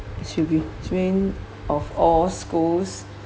should be which mean of all schools